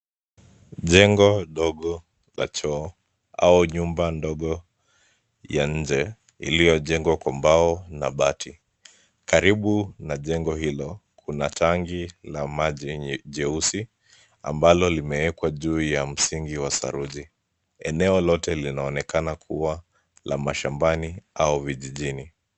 Jengo ndogo la choo, au nyumba ndogo ya nje iliyojengwa kwa mbao na bati, karibu na jengo hilo kuna tangi la maji lenye jeusi ambalo limewekwa juu ya msingi wa saruji, eneo lote linaonekana kuwa la mashambani au vijijini.